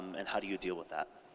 and how do you deal with that?